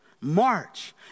march